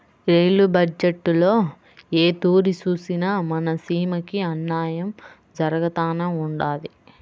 rail బజ్జెట్టులో ఏ తూరి సూసినా మన సీమకి అన్నాయం జరగతానే ఉండాది